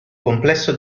complesso